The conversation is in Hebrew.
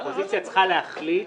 האופוזיציה צריכה להחליט.